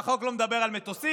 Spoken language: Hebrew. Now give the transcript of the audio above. והחוק לא מדבר על מטוסים,